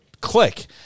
click